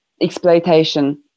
exploitation